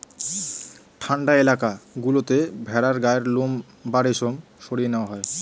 ঠান্ডা এলাকা গুলোতে ভেড়ার গায়ের লোম বা রেশম সরিয়ে নেওয়া হয়